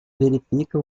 verifica